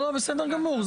זה בסדר גמור,